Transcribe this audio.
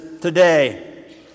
today